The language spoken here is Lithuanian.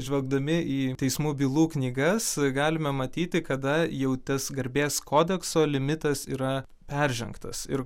žvelgdami į teismų bylų knygas galime matyti kada jau tas garbės kodekso limitas yra peržengtas ir